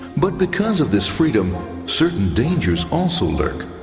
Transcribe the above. but because of this freedom, certain dangers also lurk.